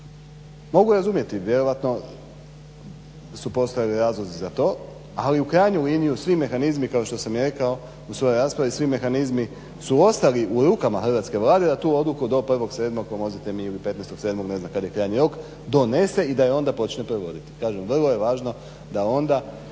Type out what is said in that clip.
Mogu razumjeti, vjerojatno su postojali razlozi za to ali u krajnjoj liniji svi mehanizmi kao što sam i rekao u svojoj raspravi svi mehanizmi su ostali u rukama hrvatske Vlade da tu odluku do 1.7., pomozite mi ili 15.7.ne znam kada je krajnji rok donese i da je onda počne provoditi. Kažem vrlo je važno da onda